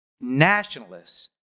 Nationalists